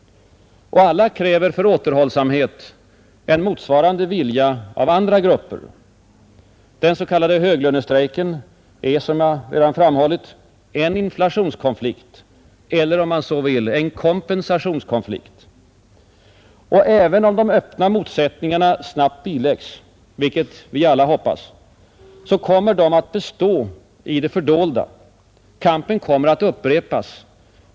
Alla kräver för återhållsamhet en motsvarande vilja av andra grupper. Den s.k. höglönestrejken är, som jag redan framhållit, en inflationskonflikt eller, om man så vill, en kompensationskonflikt. Och även om de öppna motsättningarna snabbt biläggs, vilket vi alla hoppas, så kommer de att bestå i det fördolda. Kampen kommer att upprepas.